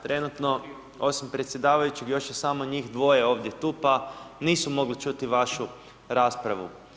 Trenutno osim predsjedavajućeg još je samo njih dvoje tu pa nisu mogli čuti vašu raspravu.